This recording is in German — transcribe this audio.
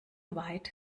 weit